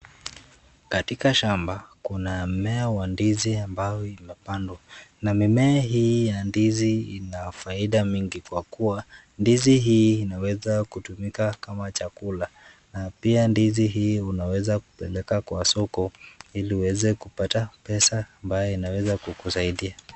Katika shamba, kuna mmea wa ndizi ambayo imepandwa na mimea hii ya ndizi ina faida mingi kwa kuwa ndizi hii inaweza kutumika kama chakula na pia ndizi hii unaweza kupeleka kwa soko ili uweze kupata pesa ambayo inaweza kukusaidia.